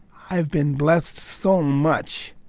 i've been blessed so much